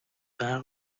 برق